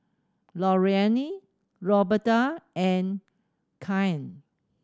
Lorraine Roberta and Kyan